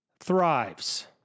thrives